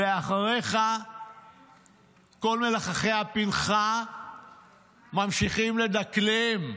ואחריך כל מלחכי הפנכה ממשיכים לדקלם: